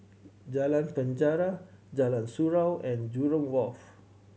Jalan Penjara Jalan Surau and Jurong Wharf